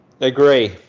Agree